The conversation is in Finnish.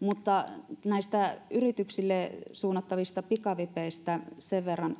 mutta näistä yrityksille suunnattavista pikavipeistä totean sen verran